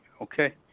okay